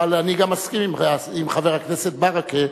אבל אני גם מסכים עם חבר הכנסת ברכה,